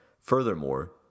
Furthermore